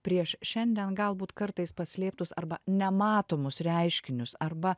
prieš šiandien galbūt kartais paslėptus arba nematomus reiškinius arba